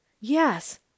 Yes